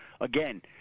Again